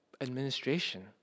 administration